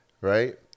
right